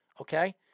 Okay